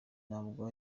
ntabwo